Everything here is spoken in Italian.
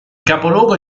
capoluogo